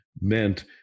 meant